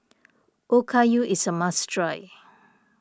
Okayu is a must try